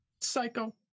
psycho